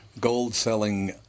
gold-selling